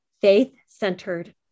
faith-centered